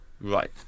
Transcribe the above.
Right